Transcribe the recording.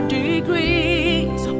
degrees